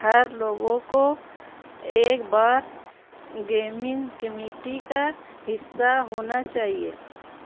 ہر لوگوں کو ایک بار گیمنگ کمیٹی کا حصہ ہونا چاہیے